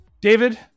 David